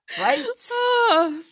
Right